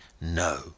NO